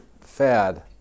fad